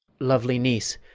lovely niece,